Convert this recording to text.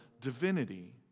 divinity